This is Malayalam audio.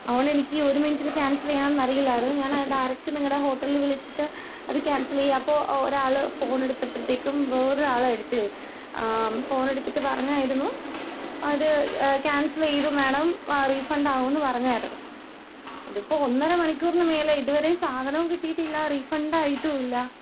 അതുകൊണ്ടെനിക്ക് ഒരു മിനിറ്റില് ക്യാൻസെലെയ്യാന്നറിയില്ലായിരുന്നു ഞാന് ഡയററ്റ് നിങ്ങളുടെ ഹോട്ടലില് വിളിച്ചിട്ട് അത് ക്യാൻസെലെയ്യാ അപ്പോള് ഒരാള് ഫോണെടുത്തപ്പഴ്ത്തേക്കും വേറൊരാളാണ് എടുത്തേ ഫോണെടുത്തിട്ട് പറഞ്ഞായിരുന്നു അത് ക്യാൻസെലെയ്തു മാഡം റീഫണ്ട് ആവുമെന്ന് പറഞ്ഞായിരുന്നു ഇതിപ്പോള് ഒന്നര മണിക്കൂറിനുമേലായി ഇതുവരെയും സാധനവും കിട്ടിയിട്ടില്ല റീഫണ്ടായിട്ടുമില്ല